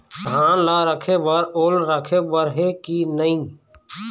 धान ला रखे बर ओल राखे बर हे कि नई?